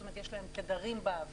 זאת אומרת, יש להם תדרים באוויר.